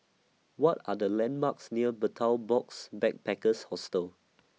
What Are The landmarks near Betel Box Backpackers Hostel